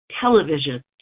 television